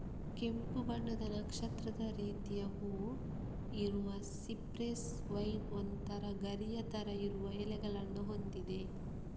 ಕೆಂಪು ಬಣ್ಣದ ನಕ್ಷತ್ರದ ರೀತಿಯ ಹೂವು ಇರುವ ಸಿಪ್ರೆಸ್ ವೈನ್ ಒಂತರ ಗರಿಯ ತರ ಇರುವ ಎಲೆಗಳನ್ನ ಹೊಂದಿದೆ